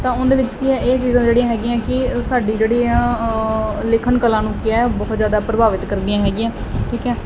ਤਾਂ ਉਹਦੇ ਵਿੱਚ ਕੀ ਇਹ ਜਿਹੜੀਆਂ ਹੈਗੀਆਂ ਕਿ ਸਾਡੀ ਜਿਹੜੀ ਆ ਲਿਖਣ ਕਲਾ ਨੂੰ ਕੀ ਐ ਬਹੁਤ ਜਿਆਦਾ ਪ੍ਰਭਾਵਿਤ ਕਰਦੀਆਂ ਹੈਗੀਆਂ ਠੀਕ ਐ